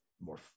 more –